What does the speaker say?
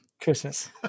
Christmas